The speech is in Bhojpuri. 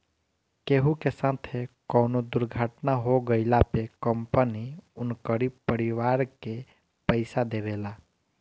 केहू के साथे कवनो दुर्घटना हो गइला पे कंपनी उनकरी परिवार के पईसा देवेला